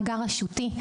מג״ר רשותי.